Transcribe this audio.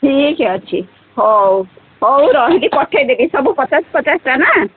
ଠିକ୍ ଅଛି ହଉ ହଉ ରହିଲି ପଠେଇଦେବି ସବୁ ପଚାଶ ପଚାଶଟା ନା